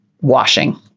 washing